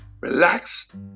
relax